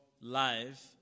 life